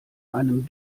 einem